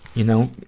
you know,